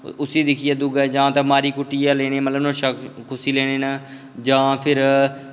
उस्सी दिक्खियै दुआ जां ते मारी कुट्टियै लैनी मतलब नोहाड़ै शा खुस्सी लैनी न जां फिर